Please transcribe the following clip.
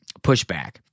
pushback